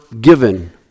given